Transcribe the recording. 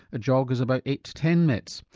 a jog is about eight to ten mets.